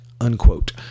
unquote